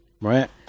Right